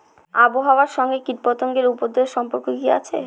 আবহাওয়ার সঙ্গে কীটপতঙ্গের উপদ্রব এর সম্পর্ক কি আছে?